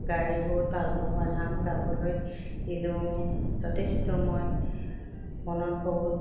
গাই বহুত ভাল পাওঁ বা নাম গাবলৈ দিলেও মোক যথেষ্ট মই মনত বহুত